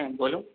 হ্যাঁ বলো